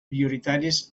prioritaris